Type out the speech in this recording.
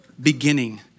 beginning